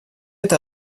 это